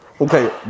Okay